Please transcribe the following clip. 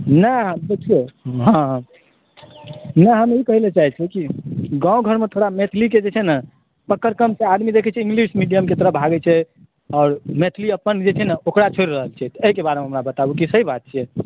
नहि देखिऔ हँ इएह हम ई कहै लए चाहै छी कि गांँव घरमे थोड़ा मैथिलीके जे छै ने पकड़ कम छै आदमी देखै छी कि इंग्लिश मीडियम के तरफ भागै छै और मैथिली अपनऽ जे छै ने ओकरा छोरि रहल छै एहिके बारेमे हमरा बताबु की सही बात छै